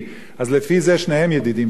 אז לפי זה שניהם ידידים שלנו,